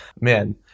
Man